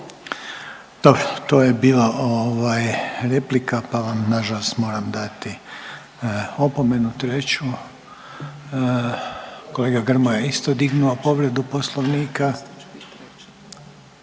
Dobro, to je bilo ovaj replika pa vam nažalost moram dati opomenu treću. Kolega Grmoja isto je dignuo povredu Poslovnika.